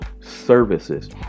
services